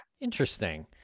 Interesting